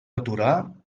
aturar